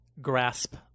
grasp